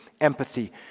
empathy